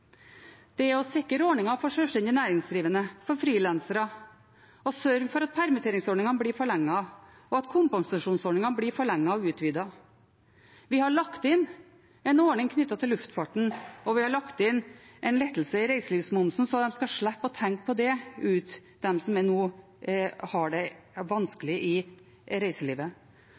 å sikre ordninger for sjølstendig næringsdrivende og frilansere og sørge for at permitteringsordningen blir forlenget, og at kompensasjonsordningen blir forlenget og utvidet. Vi har lagt inn en ordning knyttet til luftfarten. Vi har lagt inn en lettelse i reiselivsmomsen så de som nå har det vanskelig i reiselivet, skal slippe å tenke på det. Vi har lagt inn midler til at fylker og kommuner kan ta en rolle i